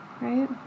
Right